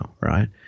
right